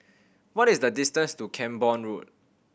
what is the distance to Camborne Road